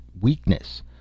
weakness